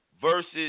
versus